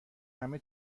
همه